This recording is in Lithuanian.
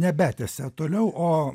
nebetęsė toliau o